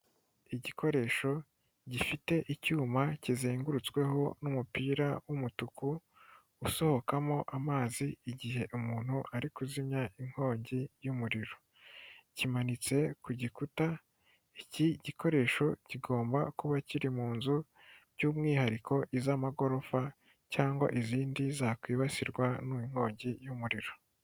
Igikoresho gifite icyuma kizengurutsweho n'umupira w'umutuku usohokamo amazi igihe umuntu ari kuzimya inkongi y'umuriro kimanitse ku gikuta iki gikoresho kigomba kuba kiri mu nzu by'umwihariko iz'amagorofa cyangwa izindi zakwibasirwa n'inkongi y'umuriro.